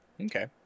Okay